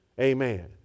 Amen